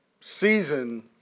season